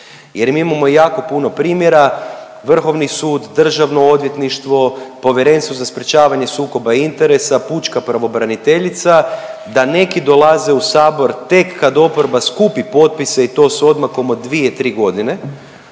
mi imamo jako puno primjera Vrhovni sud, Državno odvjetništvo, Povjerenstvo za sprječavanje sukoba interesa, pučka pravobraniteljica da neki dolaze u sabor tek kad oporba skupi potpise i to s odmakom od 2-3 godine,